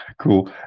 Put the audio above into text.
cool